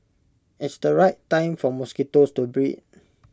it's the right time for mosquitoes to breed